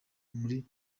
muri